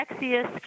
sexiest